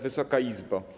Wysoka Izbo!